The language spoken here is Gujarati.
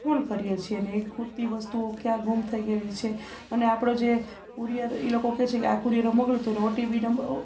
ફોન કરીએ છીએ ને એ ખૂટતી વસ્તુઓ ક્યા ઘૂમ થઈ ગયેલી છે અને આપણો જે કુરિયર એ લોકો કે છે કે આ કૂરિયરે મોકલ્યું હતું ને ઓટીપી નંબર